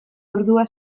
ordua